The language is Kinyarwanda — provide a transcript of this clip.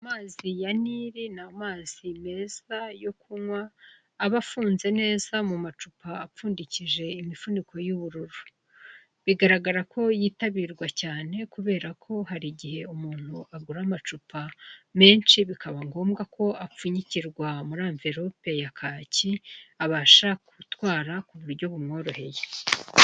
Amazi ya Nil n'amazi meza yo kunywa aba afunze neza mu macupa apfundikije imifuniko y'ubururu. Bigaragara ko yitabirwa cyane kubera ko hari igihe umuntu agura amacupa menshi, bikaba ngombwa ko apfunyikirwa muri amverope ya kaki abasha gutwara kuburyo bumworoheye.